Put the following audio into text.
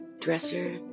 Dresser